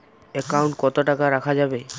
Account কত টাকা রাখা যাবে?